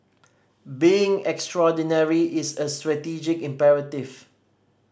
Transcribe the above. being extraordinary is a strategic imperative